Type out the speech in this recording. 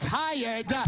tired